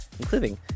including